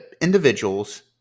individuals